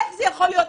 איך זה יכול להיות?